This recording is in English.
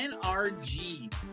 NRG